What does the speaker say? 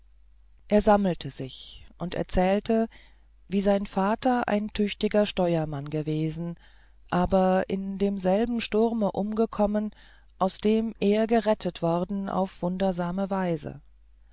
er sammelte sich und erzählte wie sein vater ein tüchtiger steuermann gewesen aber in demselben sturme umgekommen aus dem er gerettet worden auf wunderbare weise